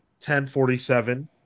1047